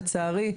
לצערי,